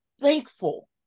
thankful